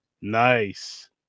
Nice